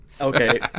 Okay